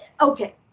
Okay